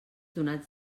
donats